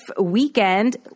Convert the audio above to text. weekend